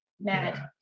mad